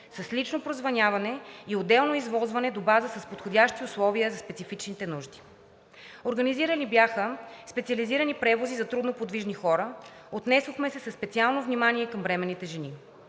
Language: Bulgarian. с лично прозвъняване и отделно извозване до база с подходящи условия за специфичните нужди. Организирани бяха специализирани превози за трудноподвижни хора. Отнесохме се със специално внимание към бременните жени.